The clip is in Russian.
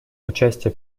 участие